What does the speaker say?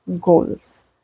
goals